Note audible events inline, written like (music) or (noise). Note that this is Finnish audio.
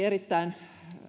(unintelligible) erittäin